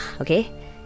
okay